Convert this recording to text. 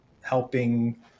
helping